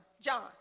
John